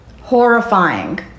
Horrifying